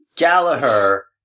Gallagher